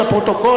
חבר הכנסת ברכה,